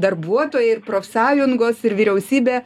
darbuotojai ir profsąjungos ir vyriausybė